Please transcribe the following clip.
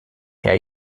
herr